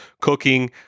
cooking